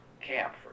camp